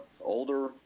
older